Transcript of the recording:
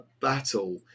battle